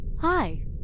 Hi